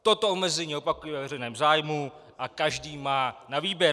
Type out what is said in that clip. Toto omezení, opakuji, je ve veřejném zájmu a každý má na výběr.